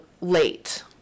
late